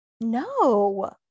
No